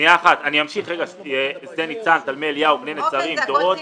שדה ניצן, תלמי אליהו, בני נצרים, דורות.